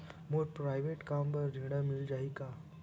मोर private कम बर ऋण मिल जाही का?